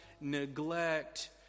neglect